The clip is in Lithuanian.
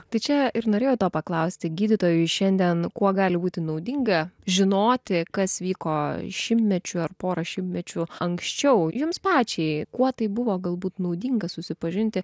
tai čia ir norėjau to paklausti gydytojui šiandien kuo gali būti naudinga žinoti kas vyko šimtmečių ar porą šimtmečių anksčiau jums pačiai kuo tai buvo galbūt naudinga susipažinti